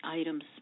items